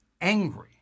angry